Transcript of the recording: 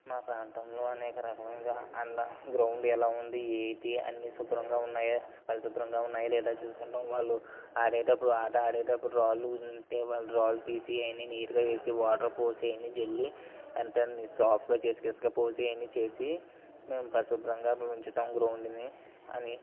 మా ప్రాంతంలో అనేక రకముగా అంద గ్రౌండ్ ఎలా ఉంది ఏంటి అన్నీ శుభ్రంగా ఉన్నాయా పరిశుభ్రంగా ఉన్నాయా లేదా చూస్కుంటాము వాళ్ళు ఆడేటప్పుడు ఆట ఆడేటప్పుడు రాళ్ళు ఉంటే రాళ్ళు తీసి అవన్నీ నీట్గా చేసి వాటర్ పోసి అవన్ని చల్లి అంత సాఫ్టుగా చేసి ఇసక పోసి అవన్ని చేసి మేము పరిశుభ్రంగా ఉంచుతాము గ్రౌండ్ని అని